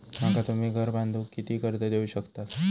माका तुम्ही घर बांधूक किती कर्ज देवू शकतास?